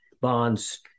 bonds